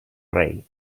rei